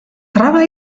traba